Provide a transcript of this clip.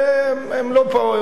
והם לא פה,